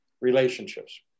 relationships